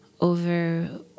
over